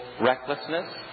recklessness